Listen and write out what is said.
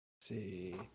see